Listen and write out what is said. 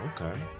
okay